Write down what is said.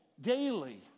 daily